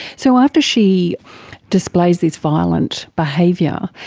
so after she displays this violent behaviour,